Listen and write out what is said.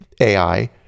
AI